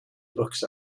books